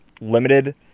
limited